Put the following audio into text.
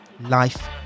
life